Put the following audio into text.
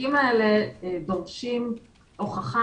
התיקים האלה דורשים הוכחה